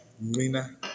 Mina